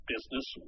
business